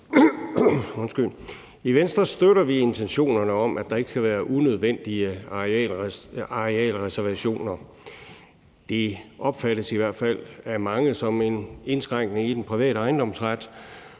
I Venstre støtter vi intentionerne om, at der ikke skal være unødvendige arealreservationer. Det opfattes, i hvert fald af mange, som en indskrænkning i den private ejendomsret